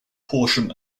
portion